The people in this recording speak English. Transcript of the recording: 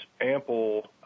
ample